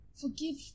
Forgive